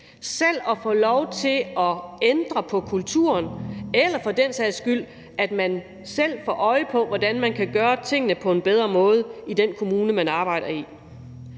selv at få lov til at ændre kulturen, eller for den sags skyld, at man selv får øje på, hvordan tingene kan gøres på en bedre måde i den kommune, man arbejder i.